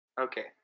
Okay